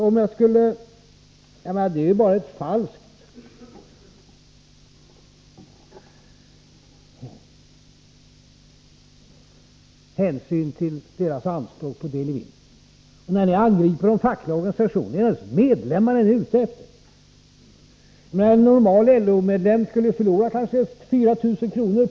Där finns bara en falsk hänsyn till löntagaranspråk på del i vinst. När ni angriper de fackliga organisationerna är det naturligtvis medlemmarna ni är ute efter. En normal LO-medlem skulle förlora kanske 4 000 kr.